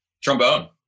Trombone